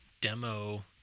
demo